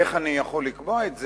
איך אני יכול לקבוע את זה?